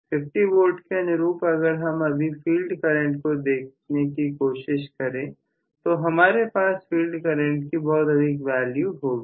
50 volt के अनुरूप अगर हम अभी फील्ड करंट को देखने की कोशिश करें तो हमारे पास फील्ड करंट की बहुत अधिक वैल्यू होगी